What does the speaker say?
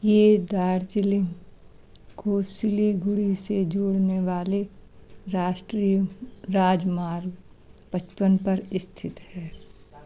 यह दार्जिलिंग को सिलीगुड़ी से जोड़ने वाले राष्ट्रीय राजमार्ग पचपन पर स्थित है